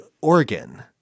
organ